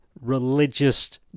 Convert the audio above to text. religious